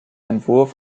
entwurf